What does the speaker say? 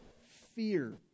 fear